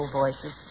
voices